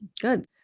Good